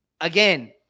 again